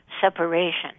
separation